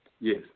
Yes